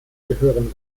gehören